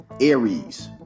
Aries